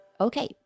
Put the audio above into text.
Okay